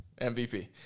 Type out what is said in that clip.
MVP